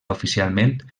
oficialment